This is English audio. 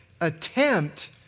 Attempt